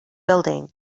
building